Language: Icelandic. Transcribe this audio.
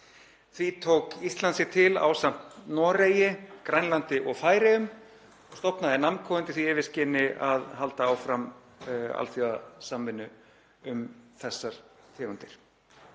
Því tók Ísland sig til ásamt Noregi, Grænlandi og Færeyjum og stofnaði NAMMCO undir því yfirskini að halda áfram alþjóðasamvinnu um þessar tegundir.